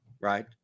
Right